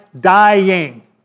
dying